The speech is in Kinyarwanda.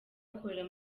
bakorera